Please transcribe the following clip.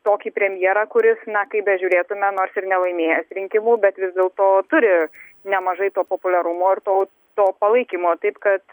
tokį premjerą kuris na kaip bežiūrėtume nors ir nelaimėjęs rinkimų bet vis dėlto turi nemažai to populiarumo ir to to palaikymo taip kad